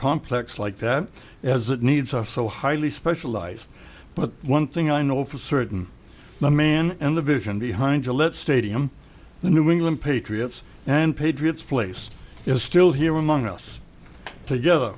complex like that as it needs are so highly specialized but one thing i know for certain the man and the vision behind gillette stadium the new england patriots and patriots place is still here among us together